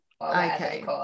okay